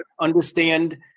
understand